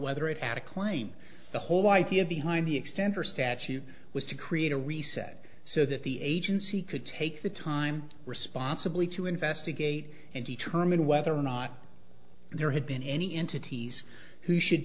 whether it had a claim the whole idea behind the expander statute was to create a reset so that the agency could take the time responsibly to investigate and determine whether or not there had been any entities who should